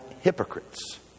hypocrites